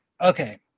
Okay